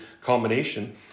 combination